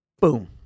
Boom